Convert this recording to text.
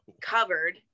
covered